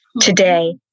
today